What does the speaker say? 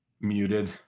Muted